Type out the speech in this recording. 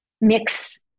mix